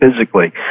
physically